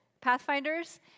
Pathfinders